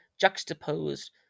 juxtaposed